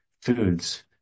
foods